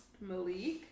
Malik